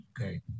Okay